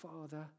father